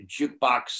jukebox